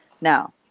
Now